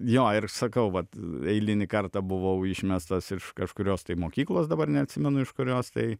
jo ir sakau vat eilinį kartą buvau išmestas iš kažkurios tai mokyklos dabar neatsimenu iš kurios tai